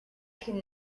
can